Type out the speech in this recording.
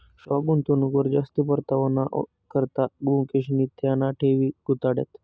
stock गुंतवणूकवर जास्ती परतावाना करता मुकेशनी त्याना ठेवी गुताड्यात